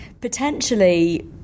Potentially